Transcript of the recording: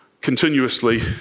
continuously